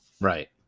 Right